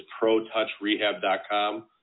protouchrehab.com